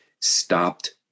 stopped